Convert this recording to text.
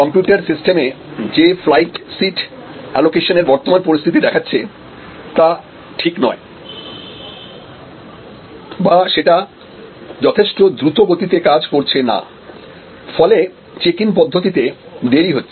computer সিস্টেমে যে flight seat allocation এর বর্তমান পরিস্থিতি দেখাচ্ছে তা ঠিক নয়বা সেটা যথেষ্ট দ্রুত গতিতে কাজ করছে না ফলে চেক ইন পদ্ধতিতে দেরি হচ্ছে